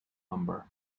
number